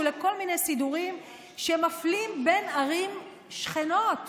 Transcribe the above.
לכל מיני סידורים שמפלים בין ערים שכנות,